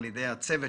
(סליחה,